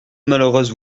malheureuses